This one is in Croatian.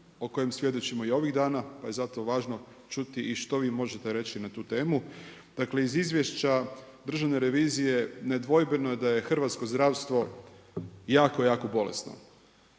o kojem svjedočimo i ovih dana pa je zato važno čuti i što vi možete reći na tu temu. Dakle iz Izvješća Državne revizije nedvojbeno je da je hrvatsko zdravstvo jako, jako bolesno.